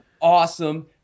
awesome